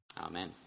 Amen